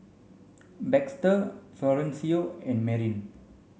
Baxter Florencio and Marin